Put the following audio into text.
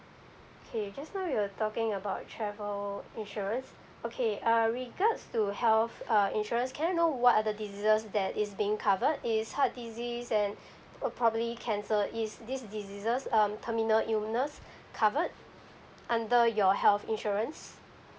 okay just now you're talking about travel insurance okay err regards to health uh insurance can I know what are the diseases that is being covered is heart disease and uh probably cancer is these diseases um terminal illness covered under your health insurance